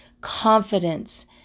confidence